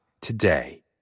today